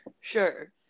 Sure